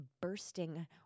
bursting